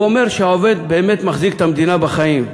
הוא אומר שהעובד באמת מחזיק את המדינה בחיים.